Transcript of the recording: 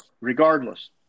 Regardless